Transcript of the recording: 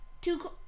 two